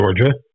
Georgia